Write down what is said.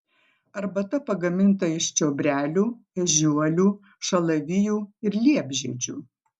arbata pagaminta iš čiobrelių ežiuolių šalavijų ir liepžiedžių